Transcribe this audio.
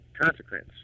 consequence